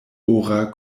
ora